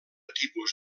tipus